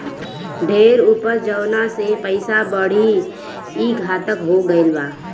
ढेर उपज जवना से पइसा बढ़ी, ई घातक हो गईल बा